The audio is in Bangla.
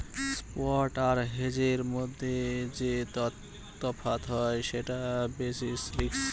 স্পট আর হেজের মধ্যে যে তফাৎ হয় সেটা বেসিস রিস্ক